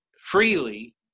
freely